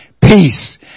peace